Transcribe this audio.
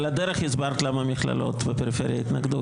על הדרך הסברת למה מכללות בפריפריה התנגדו,